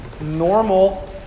normal